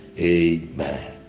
amen